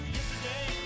Yesterday